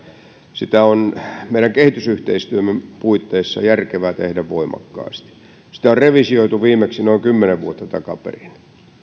sitä on meidän kehitysyhteistyömme puitteissa järkevää tehdä voimakkaasti sitä on revisioitu viimeksi noin kymmenen vuotta takaperin